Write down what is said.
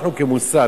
אנחנו כמוסד,